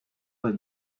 were